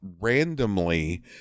randomly